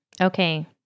okay